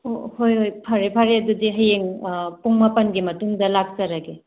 ꯑꯣ ꯑꯣ ꯍꯣꯏ ꯍꯣꯏ ꯐꯔꯦ ꯐꯔꯦ ꯑꯗꯨꯗꯤ ꯍꯌꯦꯡ ꯄꯨꯡ ꯃꯥꯄꯜꯒꯤ ꯃꯇꯨꯡꯗ ꯂꯥꯛꯆꯔꯒꯦ